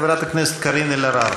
חברת הכנסת קארין אלהרר.